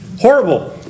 horrible